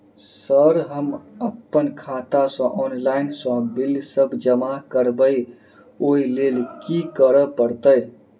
Sir हम अप्पन खाता सऽ ऑनलाइन सऽ बिल सब जमा करबैई ओई लैल की करऽ परतै?